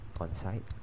on-site